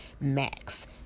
max